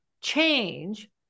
change